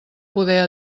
poder